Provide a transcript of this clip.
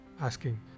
asking